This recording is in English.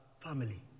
Family